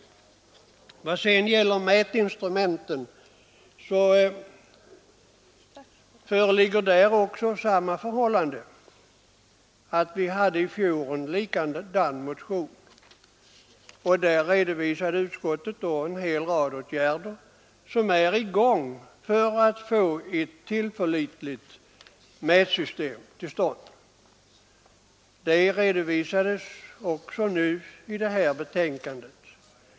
Också när det gäller mätinstrumenten föreligger samma förhållande. Vi behandlade i fjol en motion med samma innehåll som årets. Utskottet redovisade då en hel rad punkter där åtgärder är på gång för att få till stånd ett tillförlitligt mätsystem. Det redovisas också nu i detta betänkande.